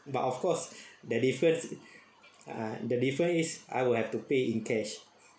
but of course the difference ah the difference is I will have to pay in cash